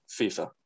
FIFA